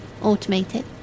Automated